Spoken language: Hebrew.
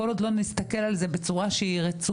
כל עוד לא נסתכל על זה בצורה שהיא רצופה,